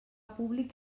públic